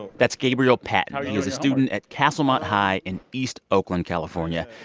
and that's gabriel patten. he is a student at castlemont high in east oakland, calif. um yeah